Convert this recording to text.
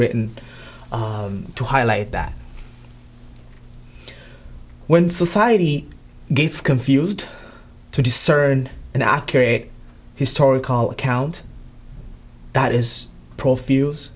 written to highlight that when society gets confused to discern an accurate historical account that is pro f